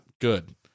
Good